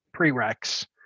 prereqs